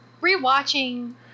re-watching